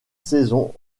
saison